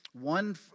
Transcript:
one